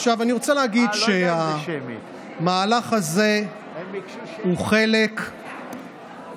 עכשיו אני רוצה להגיד שהמהלך הזה הוא חלק מהרחבה של שירותים